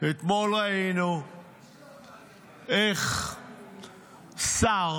אתמול ראינו איך שר